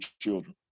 children